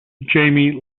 jamie